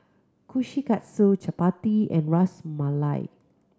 Kushikatsu Chapati and Ras Malai